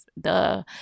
duh